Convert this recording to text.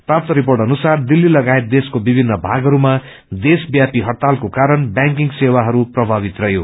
प्रास्त report अनुसार दिल्ली लगायत देशको विभिन्न भागइस्मा देशव्यापी हइतालको कारण ब्यांकिंग सेवाहरू प्रभावित रहयो